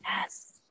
Yes